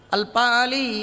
Alpali